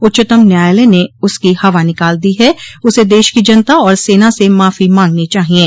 उच्चतम न्यायालय ने उसकी हवा निकाल दी है उसे देश की जनता और सेना से मांफी मांगनी चाहिये